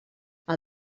are